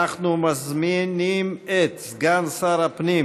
אנחנו מזמינים את סגן שר הפנים